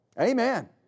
Amen